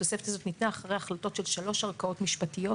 שהתוספת הזאת ניתנה אחרי החלטות של שלוש ערכאות משפטיות,